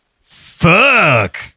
fuck